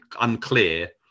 unclear